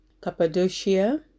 Cappadocia